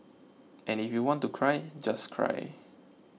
and if you want to cry just cry